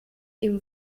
ihm